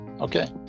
Okay